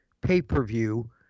pay-per-view